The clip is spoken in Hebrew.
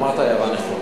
הערת הערה נכונה.